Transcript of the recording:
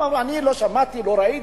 הם אמרו: אני לא שמעתי, לא ראיתי,